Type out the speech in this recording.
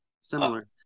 Similar